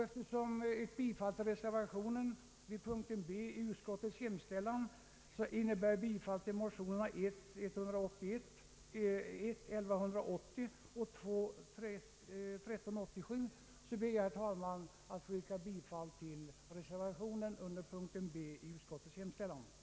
Eftersom ett bifall till reservationen vid punkten B i utskottets utlåtande innebär ett bifall till motionerna I: 1180 och II: 1387, ber jag, herr talman, att få yrka bifall till reservationen under punkten B i utskottets utlåtande.